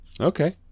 Okay